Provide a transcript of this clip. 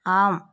ஆம்